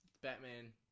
Batman